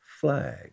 flag